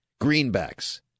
greenbacks